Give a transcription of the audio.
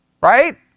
right